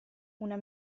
una